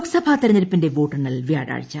ലോക്സഭാ തിരഞ്ഞെടുപ്പിന്റെ വോട്ടെണ്ണൽ വ്യാഴാഴ്ച